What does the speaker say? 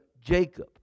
Jacob